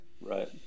Right